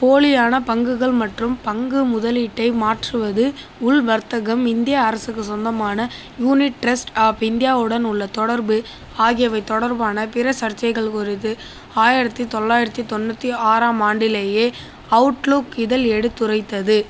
போலியான பங்குகள் மற்றும் பங்கு முதலீட்டை மாற்றுவது உள் வர்த்தகம் இந்திய அரசுக்கு சொந்தமான யூனிட் ட்ரஸ்ட் ஆஃப் இந்தியாவுடன் உள்ள தொடர்பு ஆகியவை தொடர்பான பிற சர்ச்சைகள் குறித்து ஆயிரத்தி தொள்ளாயிரத்தி தொண்ணூற்றி ஆறாம் ஆண்டிலேயே அவுட்லுக் இதழ் எடுத்துரைத்தது